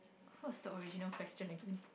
what's the original question again